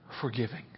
forgiving